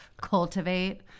cultivate